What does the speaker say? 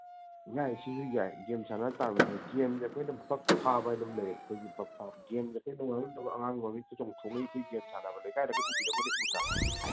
ꯌꯥꯏ ꯁꯤꯁꯨ ꯌꯥꯏ ꯒꯦꯝ ꯁꯥꯟꯅꯔꯒ ꯇꯥꯟꯕꯁꯨ ꯌꯥꯏ ꯒꯦꯝꯁꯦ ꯑꯩꯈꯣꯏꯅ ꯕꯛ ꯐꯥꯕ ꯍꯥꯏꯅ ꯑꯃ ꯂꯩꯌꯦꯕ ꯑꯩꯈꯣꯏꯒꯤ ꯕꯛ ꯐꯥꯕ ꯒꯦꯝꯁꯦ ꯑꯩꯈꯣꯏꯅ ꯅꯣꯡꯉꯥꯟꯕꯗꯒꯤ ꯅꯨꯃꯤꯠ ꯇꯥꯕ ꯐꯥꯎꯕ ꯑꯉꯥꯡ ꯃꯃꯤꯠꯁꯦ ꯆꯣꯡꯊꯣꯛꯈꯩ ꯑꯩꯈꯣꯏ ꯒꯦꯝ ꯁꯥꯟꯅꯕ ꯂꯩꯀꯥꯏꯗꯒ ꯎꯕꯤꯔꯝꯒꯅꯤ ꯎꯗ꯭ꯔꯥ